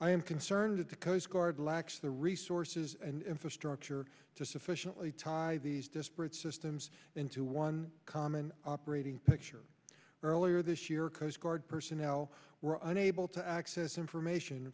i am concerned that the coast guard lacks the resources and infrastructure to sufficiently tie these disparate systems into one common operating picture earlier this year coast guard personnel were unable to access information